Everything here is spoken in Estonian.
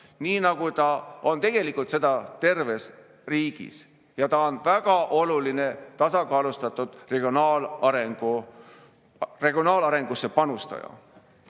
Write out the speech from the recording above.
nii nagu ta on tegelikult seda terves riigis. Ja see on väga oluline tasakaalustatud regionaalarengusse panustaja.